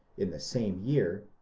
in the same year,